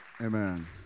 Amen